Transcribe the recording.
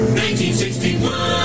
1961